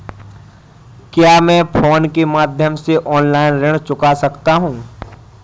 क्या मैं PhonePe के माध्यम से ऑनलाइन ऋण चुका सकता हूँ?